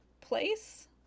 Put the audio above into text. place